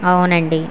అవునండి